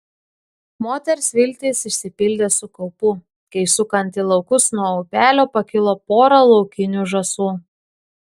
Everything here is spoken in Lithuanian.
moters viltys išsipildė su kaupu kai sukant į laukus nuo upelio pakilo pora laukinių žąsų